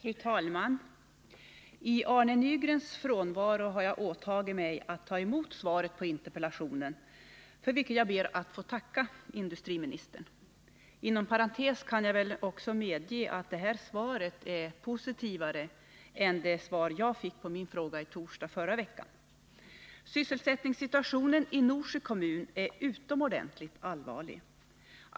Fru talman! I Arne Nygrens frånvaro har jag åtagit mig att ta emot svaret på interpellationen, för vilket jag ber att få tacka industriministern. Inom parentes kan jag väl också medge att det här svaret är betydligt positivare än det jag fick på min fråga i torsdags. Sysselsättningssituationen i Norsjö kommun är utomordentligt allvarlig.